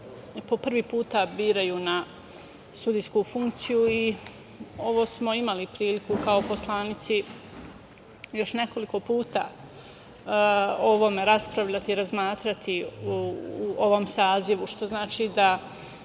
po prvi put biraju na sudijsku funkciju. Ovo smo imali priliku kao poslanici nekoliko puta da raspravljamo i razmatramo u ovom sazivu, što znači da